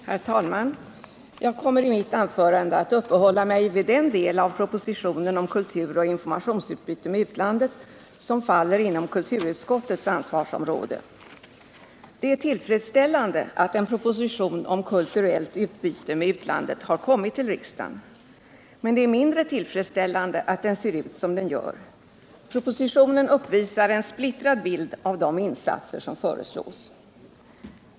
Herr talman! Jag kommer i mitt anförande att uppehålla mig vid den del av propositionen om kulturoch informationsutbyte med utlandet som faller inom kulturutskottets ansvarsområde. Det är tillfredsställande att en proposition om kulturellt utbyte med utlandet har kommit till riksdagen. Men det är mindre tillfredsställande att den ser ut som den gör. Propositionen uppvisar en splittrad bild av de insatser som föreslås.